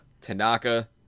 Tanaka